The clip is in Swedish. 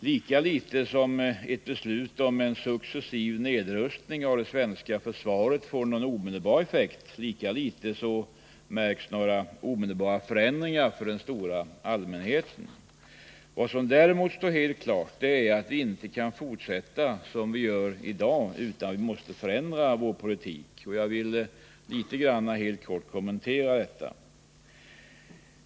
Lika litet som ett beslut om en successiv nedrustning av det svenska försvaret får någon omedelbar effekt — lika litet märks några omedelbara förändringar för den stora allmänheten. Vad som däremot står helt klart är att vi inte kan fortsätta som vi gör i dag utan måste förändra vår politik. Jag vill helt kort kommentera detta.